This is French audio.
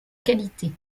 qualité